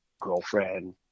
girlfriend